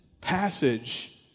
passage